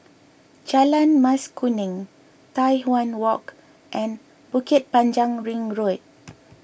Jalan Mas Kuning Tai Hwan Walk and Bukit Panjang Ring Road